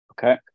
Okay